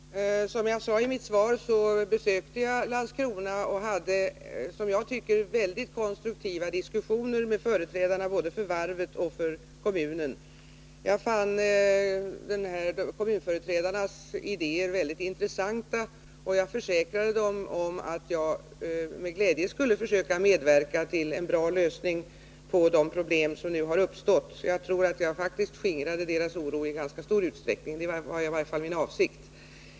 Herr talman! Som jag sade i mitt svar besökte jag Landskrona och hade, som jag tycker, väldigt konstruktiva diskussioner med företrädarna för både varvet och kommunen. Jag fann kommunföreträdarnas idéer mycket intressanta, och jag försäkrade dem att jag med glädje skulle försöka medverka till en bra lösning på de problem som nu har uppstått. Jag tror att jag faktiskt skingrade deras oro i ganska stor utsträckning — det var i varje fall min avsikt.